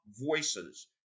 voices